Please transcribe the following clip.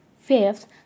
Fifth